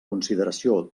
consideració